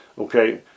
Okay